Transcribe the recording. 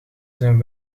zijn